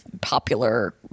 popular